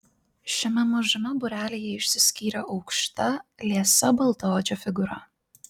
šiame mažame būrelyje išsiskyrė aukšta liesa baltaodžio figūra